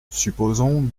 supposons